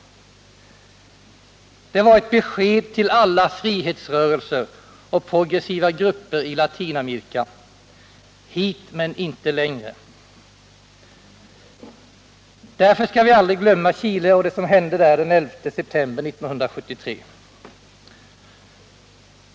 Det var ett besked till alla frihetsrörelser och progressiva grupper i Latinamerika: Hit men inte längre! Därför skall vi aldrig glömma Chile och det som hände där den 11 september 1973.